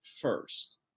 first